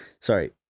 Sorry